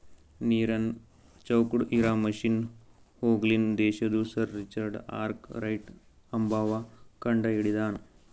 ನೀರನ್ ಚೌಕ್ಟ್ ಇರಾ ಮಷಿನ್ ಹೂರ್ಗಿನ್ ದೇಶದು ಸರ್ ರಿಚರ್ಡ್ ಆರ್ಕ್ ರೈಟ್ ಅಂಬವ್ವ ಕಂಡಹಿಡದಾನ್